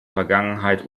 vergangenheit